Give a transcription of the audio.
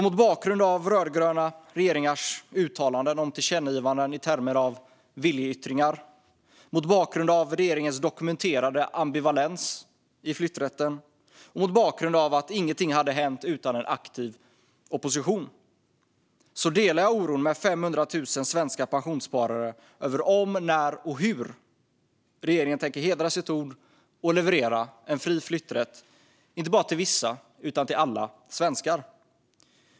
Mot bakgrund av rödgröna regeringars uttalanden om tillkännagivanden i termer av viljeyttringar, mot bakgrund av regeringens dokumenterade ambivalens i frågan om flytträtten och mot bakgrund av att ingenting hade hänt utan en aktiv opposition delar jag oron med 500 000 svenska pensionssparare över om, när och hur regeringen tänker hedra sitt ord och leverera en fri flytträtt, inte bara till vissa utan till alla svenskar.